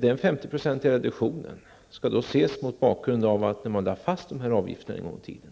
Den 50 procentiga reduktionen skall ses mot bakgrund av att när man lade fast dessa avgifter en gång i tiden